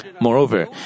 Moreover